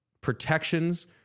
protections